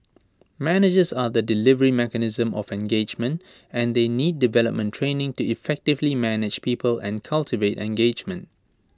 managers are the delivery mechanism of engagement and they need development training to effectively manage people and cultivate engagement